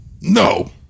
No